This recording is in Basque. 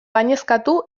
gainezkatu